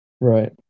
right